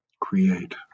create